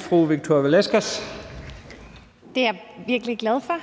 fru Victoria Velasquez. Kl. 11:47 Victoria Velasquez (EL): Det er jeg virkelig glad for,